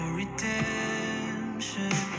redemption